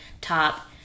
top